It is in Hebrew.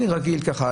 אני רגיל ככה,